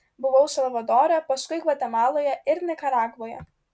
buvau salvadore paskui gvatemaloje ir nikaragvoje